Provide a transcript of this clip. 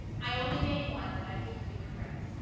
i only made one that i deeply regret.